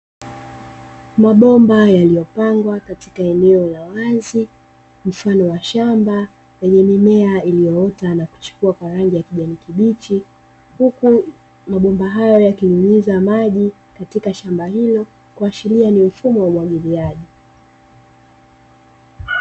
Mabomba yaliyopangwa katika eneo la wazi, mfano wa shamba lenye mimea iliyoota na kuchipua kwa rangi ya kijani kibichi, huku mabomba hayo yakinyunyiza maji katika shamba hilo, kuashiria ni mfumo wa umwagiliaji.